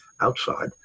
outside